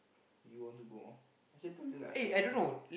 you want to go